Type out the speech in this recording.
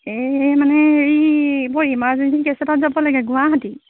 এই মানে হেৰি বৰ ইমাৰজেঞ্চি কেছ এটাত যাব লাগে গুৱাহাটী